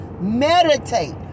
meditate